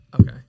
okay